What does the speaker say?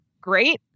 great